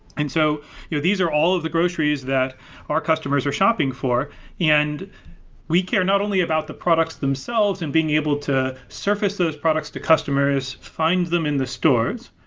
and so you know these are all of the groceries that our customers are shopping for and we care not only about the products themselves and being able to surface those products to customers, find them in the stores,